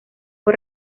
fue